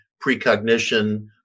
precognition